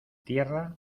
tierra